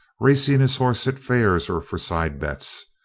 racing his horse at fairs or for side bets.